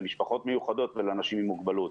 למשפחות מיוחדות ולאנשים עם מוגבלות.